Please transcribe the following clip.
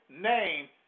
name